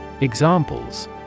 Examples